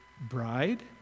bride